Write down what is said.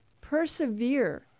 persevere